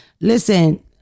listen